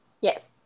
Yes